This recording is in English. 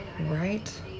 right